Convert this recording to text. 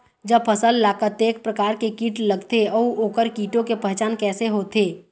जब फसल ला कतेक प्रकार के कीट लगथे अऊ ओकर कीटों के पहचान कैसे होथे?